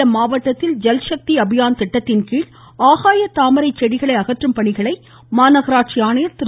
சேலம் மாவட்டத்தில் ஜல்சக்தி அபியான் திட்டத்தின்கீழ் ஆகாயத்தாமரை செடிகளை அகற்றும் பணிகளை மாநகராட்சி ஆணையர் திரு